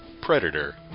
predator